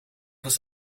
was